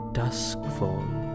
duskfall